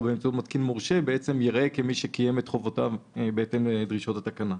באמצעות מתקין מורשה ייראה כמי שקיים את חובותיו בהתאם לדרישות התקנה.